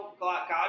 God